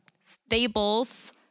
stables